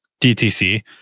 DTC